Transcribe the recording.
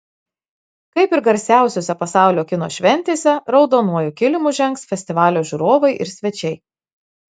kaip ir garsiausiose pasaulio kino šventėse raudonuoju kilimu žengs festivalio žiūrovai ir svečiai